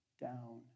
down